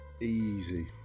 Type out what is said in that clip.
Easy